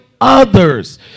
others